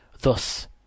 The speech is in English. Thus